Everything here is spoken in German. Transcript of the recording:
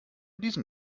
diesem